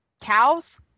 cows